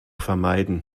vermeiden